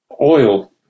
Oil